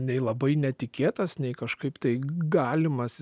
nei labai netikėtas nei kažkaip tai galimas